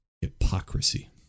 Hypocrisy